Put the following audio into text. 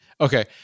Okay